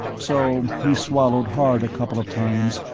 so he swallowed hard a couple of times,